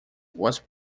was